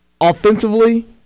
offensively